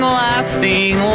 lasting